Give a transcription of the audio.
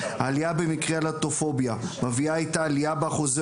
העלייה במקרי הלהט"בופוביה מביאה איתה עלייה באחוזי